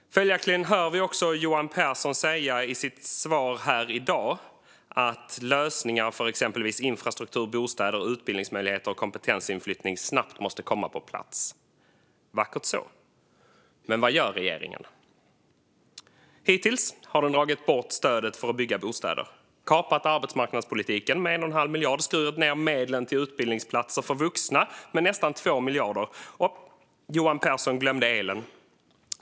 Följaktligen hör vi också Johan Pehrson säga i sitt svar här i dag att lösningar för exempelvis infrastruktur, bostäder, utbildningsmöjligheter och kompetensinflyttning snabbt måste komma på plats. Vackert så. Men vad gör regeringen? Hittills har regeringen dragit bort stödet för att bygga bostäder, kapat arbetsmarknadspolitiken med 1 1⁄2 miljard kronor och skurit ned medlen till utbildningsplatser för vuxna med nästan 2 miljarder kronor. Johan Pehrson glömde elen.